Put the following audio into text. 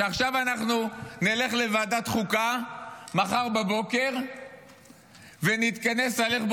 שעכשיו נלך לוועדת חוקה מחר בבוקר ונתכנס על איך,